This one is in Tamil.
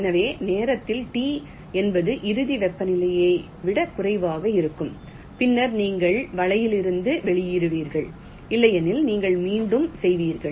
எனவே நேரத்தில் T என்பது இறுதி வெப்பநிலையை விட குறைவாக இருக்கும் பின்னர் நீங்கள் வளையிலிருந்து வெளியேறுவீர்கள் இல்லையெனில் நீங்கள் மீண்டும் செய்வீர்கள்